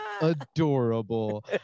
adorable